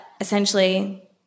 essentially